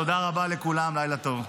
תודה רבה לכולם, לילה טוב.